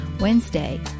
Wednesday